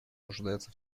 нуждается